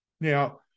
Now